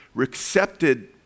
accepted